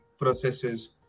processes